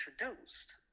introduced